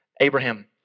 Abraham